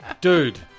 dude